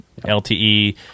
LTE